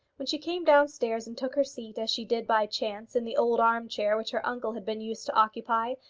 when she came downstairs and took her seat, as she did by chance, in the old arm-chair which her uncle had been used to occupy,